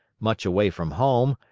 much away from home,